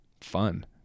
fun